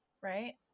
right